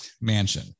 mansion